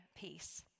peace